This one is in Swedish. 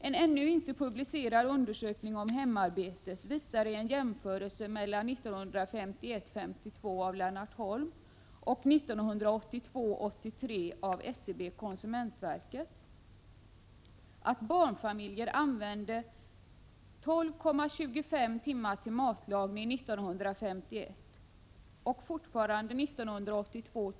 En ännu inte publicerad undersökning om hemarbetet visar i en jämförelse mellan 1951—1952 av Lennart Holm och 1982-1983 av SCB-konsumentverket att barnfamiljer använde 12,25 timmar till matlagning 1951 och 12 timmar 1982.